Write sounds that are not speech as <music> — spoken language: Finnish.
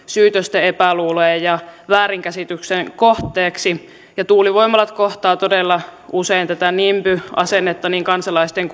<unintelligible> syytösten epäluulojen ja väärinkäsityksien kohteeksi tuulivoimalat kohtaavat todella usein tätä nimby asennetta niin kansalaisten <unintelligible>